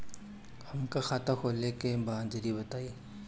हमका खाता खोले के बा जरा बताई?